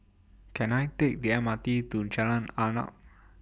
Can I Take The M R T to Jalan Arnap